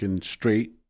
straight